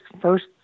first